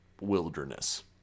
wilderness